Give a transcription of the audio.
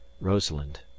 Rosalind